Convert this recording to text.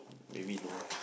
maybe no